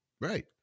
Right